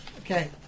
Okay